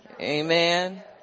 Amen